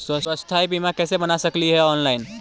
स्वास्थ्य बीमा कैसे बना सकली हे ऑनलाइन?